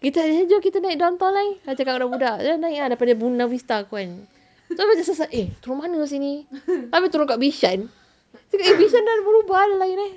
pergi tanya jom kita naik downtown line cakap dengan budak-budak then naik ah daripada buona vista tu kan tu macam sesat eh turun mana ah sini habis turun dekat bishan cakap dia eh bishan dah berubah eh line eh